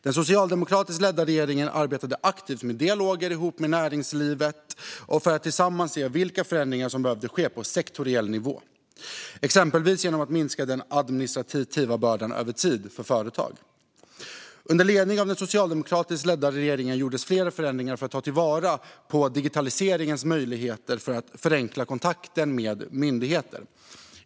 Den socialdemokratiskt ledda regeringen arbetade aktivt med dialoger ihop med näringslivet för att se vilka förändringar som behövde ske på sektoriell nivå, exempelvis genom att minska den administrativa bördan för företag över tid. Under ledning av den socialdemokratiskt ledda regeringen gjordes flera förändringar för att ta vara på digitaliseringens möjligheter för att förenkla kontakten med myndigheter.